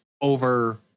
over